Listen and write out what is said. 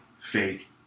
fake